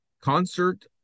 concert